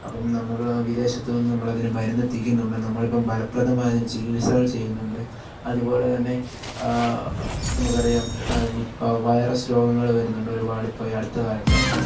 അപ്പം നമുക്ക് വിദേശത്തുനിന്ന് നമ്മളതിന് മരുന്നെത്തിക്കുന്നുണ്ട് നമ്മളിപ്പം ഫലപ്രദമായി അതിന് ചികിത്സകള് ചെയ്യുന്നുണ്ട് അതുപോലെത്തന്നെ നമുക്കറിയാം നിപ്പ വൈറസ് രോഗങ്ങൾ വരുന്നുണ്ട് ഒരുപാടിപ്പം ഈ അടുത്തകാലത്തായിട്ട്